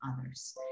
others